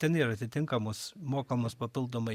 ten yra atitinkamos mokamos papildomai